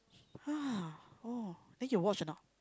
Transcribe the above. !huh! oh then you watch or not